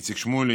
איציק שמולי,